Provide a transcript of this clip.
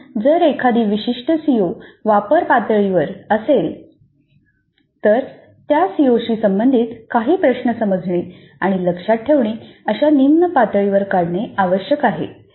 म्हणून जर एखादा विशिष्ट सीओ वापर पातळीवर असेल तर मला त्या सीओशी संबंधित काही प्रश्न समजणे आणि लक्षात ठेवणे अशा निम्न पातळीवर काढणे आवश्यक आहे